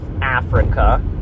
Africa